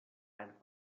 and